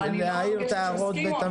להעיר את הערות בתמצית.